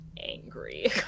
angry